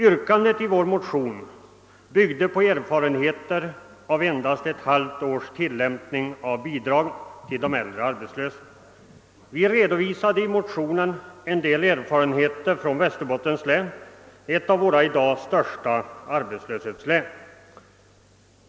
Yrkandet i våra motioner byggde på erfarenheter av endast ett halvt års tilllämpning av bidragsreglerna för de äldre arbetslösa. I motionerna redovisar vi en del erfarenheter från Västerbottens län — ett av de län som i dag har den största arbetslösheten.